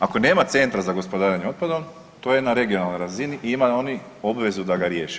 Ako nema centra za gospodarenje otpadom to je na regionalnoj razini i imaju oni obvezu da ga riješe.